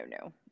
no